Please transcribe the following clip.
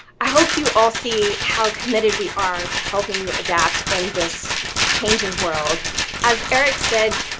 i hope you all see how committed we are to helping you adapt in this changing world as eric said,